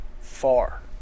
far